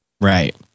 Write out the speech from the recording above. Right